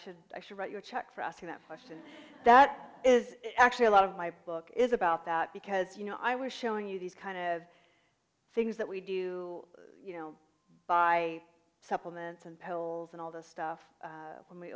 should i should write you a check for asking that question that is actually a lot of my book is about that because you know i was showing you these kind of things that we do you know by supplements and polls and all the stuff